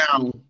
Now